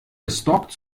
gestalkt